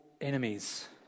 enemies